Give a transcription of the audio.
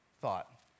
thought